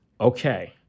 Okay